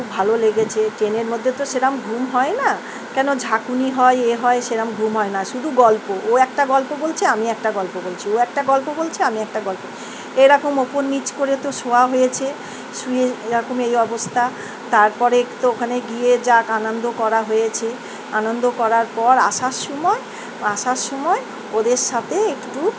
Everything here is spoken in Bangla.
খুব ভালো লেগেছে ট্রেনের মধ্যে তো সেইরকম ঘুম হয় না কেন ঝাঁকুনি হয় এই হয় সেইরকম ঘুম হয় না শুধু গল্প ও একটা গল্প বলছে আমি একটা গল্প বলছি ও একটা গল্প বলছে আমি একটা গল্প এরকম ওপর নিচ করে তো শোয়া হয়েছে শুয়ে এরকম এই অবস্থা তারপরে তো ওখানে গিয়ে যাক আনন্দ করা হয়েছে আনন্দ করার পর আসার সময় আসার সময় ওদের সাথে একটু